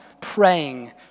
praying